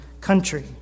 country